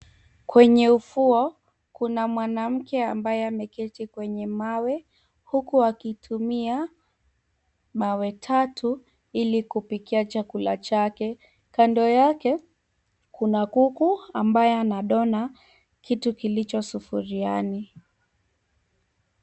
Kwenye ufuo kuna mwanamke ambaye ameketi kwenye mawe huku akitumia mawe tatu ili kupikia chakula chake. Kando yake kuna kuku ambaye anadona kitu kilicho sufuriani.